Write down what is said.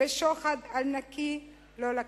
ושוחד על נקי לא לקח.